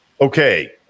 Okay